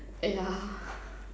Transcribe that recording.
uh yeah